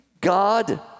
God